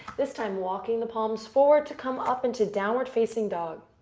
this time, walking the palms forward to come up into downward facing dog.